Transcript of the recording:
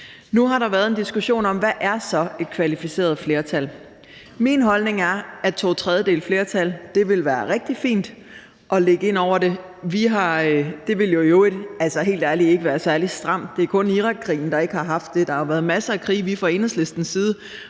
Nu har der været en diskussion om: Hvad er så et kvalificeret flertal? Min holdning er, at to tredjedeles flertal vil være rigtig fint at lægge ind over det. Det ville jo i øvrigt, helt ærligt, ikke være særlig stramt. Det er kun i forhold til Irakkrigen, vi ikke har haft det. Der har jo været masser af krige, som vi fra Enhedslistens side